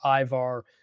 Ivar